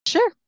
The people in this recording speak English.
sure